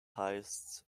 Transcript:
highest